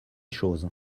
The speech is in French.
choses